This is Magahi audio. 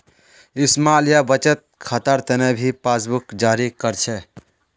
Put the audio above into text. स्माल या बचत खातार तने भी पासबुकक जारी कर छे